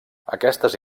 aquestes